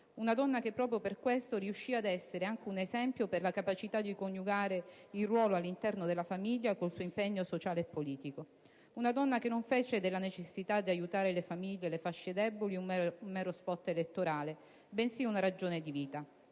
una donna che, proprio per questo, riuscì ad essere anche un esempio per la capacità di coniugare il ruolo all'interno della famiglia con il suo impegno sociale e politico; una donna che non fece della necessità di aiutare le famiglie e le fasce deboli un mero spot elettorale, bensì una ragione di vita.